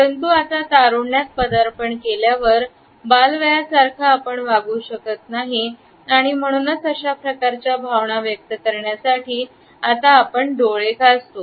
परंतु आता तारुण्यात पदार्पण केल्यावर बालवयात सारखंच आपण वागू शकत नाही आणि म्हणूनच अशा प्रकारच्या भावना व्यक्त करण्यासाठी आता आपण डोळे घासतो